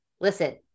Listen